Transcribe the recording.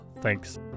Thanks